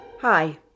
Hi